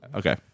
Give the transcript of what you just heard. okay